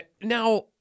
Now